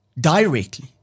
directly